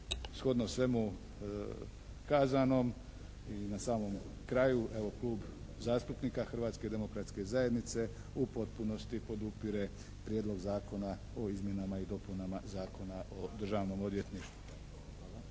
Shodno svemu kazanom i na samom kraju, evo Klub zastupnika Hrvatske demokratske zajednice u potpunosti podupire Prijedlog zakona o izmjenama i dopunama Zakona o Državnom odvjetništvu.